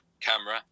camera